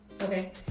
Okay